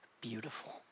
beautiful